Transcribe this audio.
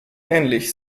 ähnlich